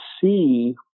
see